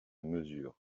mesure